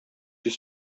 йөз